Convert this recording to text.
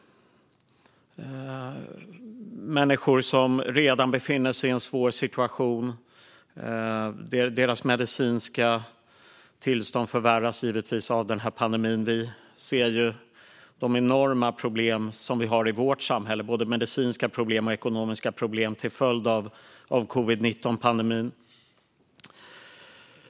För människor som redan befinner sig i en svår situation förvärras givetvis det medicinska tillståndet av pandemin. Vi ser ju de enorma problem vi har i vårt samhälle, både medicinska och ekonomiska, till följd av covid-19-pandemin.